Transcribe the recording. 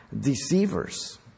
deceivers